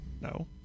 No